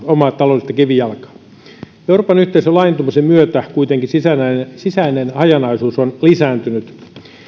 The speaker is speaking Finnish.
omaa taloudellista kivijalkaansa euroopan yhteisön laajentumisen myötä kuitenkin sisäinen hajanaisuus on lisääntynyt